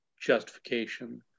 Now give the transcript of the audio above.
justification